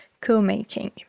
Co-making